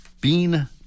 Bean